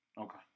Okay